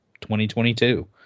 2022